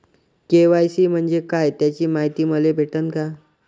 KYC म्हंजे काय त्याची मायती मले भेटन का?